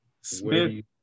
Smith